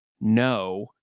no